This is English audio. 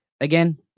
again